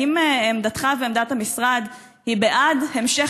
האם עמדתך ועמדת המשרד היא בעד המשך